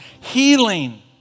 healing